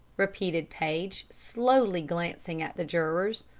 repeated paige, slowly, glancing at the jurors.